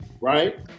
right